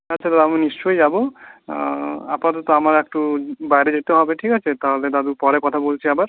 আচ্ছা দাদু আমি নিশ্চয়ই যাবো আপাতত আমার একটু বাইরে যেতে হবে ঠিক আছে তাহলে দাদু পরে কথা বলছি আবার